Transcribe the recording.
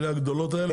אלה הגדולות האלה?